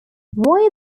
why